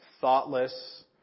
thoughtless